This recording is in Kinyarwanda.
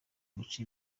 guca